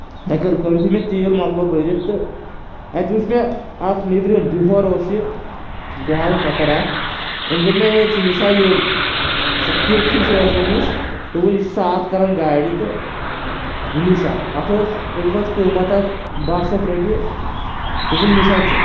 مےٚ کٔر یِتُھے مےٚ تیٖل مۄکلو بٔرِتھ تہٕ اَتہِ وٕچھ مےٚ اکھ نیبرِم بِہور اوس یہِ بِہارُک نَفر اکھ أمۍ دوٚپ مےٚ ہے ژٕ أمِس ہا یِم سۄ کِٹ ہِش ٲس أمِس دوٚپُن یہِ چھُ صاف کران گاڑِ تہٕ نہِ سا اتھ اوس أمِس ٲس قۭمَتھ اَتھ بہہ شیٚتھ رۄپیہِ دوٚپُن نہِ سا ژٕ